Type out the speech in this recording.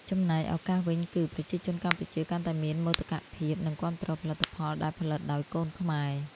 ចំណែកឱកាសវិញគឺ ប្រជាជនកម្ពុជាកាន់តែមានមោទកភាព និងគាំទ្រផលិតផលដែលផលិតដោយកូនខ្មែរ។